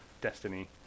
Destiny